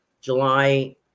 July